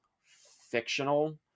fictional